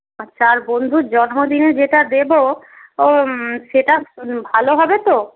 আচ্ছা আর বন্ধুর জন্মদিনে যেটা দেবো ও সেটা ভালো হবে তো